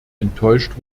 enttäuscht